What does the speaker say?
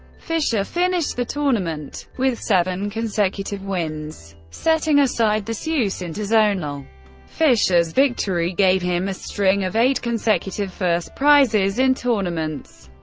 fischer finished the tournament with seven consecutive wins. setting aside the sousse interzonal, fischer's victory gave him a string of eight consecutive first prizes in tournaments.